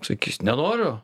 sakys nenoriu